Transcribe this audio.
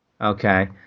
Okay